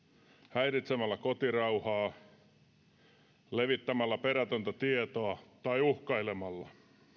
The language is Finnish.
häiritsemällä kotirauhaa levittämällä perätöntä tietoa tai uhkailemalla